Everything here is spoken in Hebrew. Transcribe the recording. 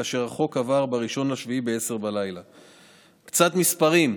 והחוק עבר ב-1 ביולי בשעה 22:00. קצת מספרים.